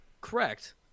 Correct